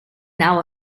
now